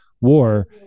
war